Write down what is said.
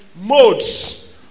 modes